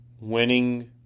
winning